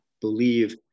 believe